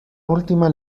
última